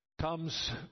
comes